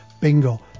Bingo